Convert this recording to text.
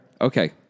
okay